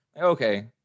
okay